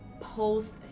Post